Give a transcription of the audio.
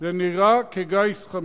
זה נראה כגיס חמישי.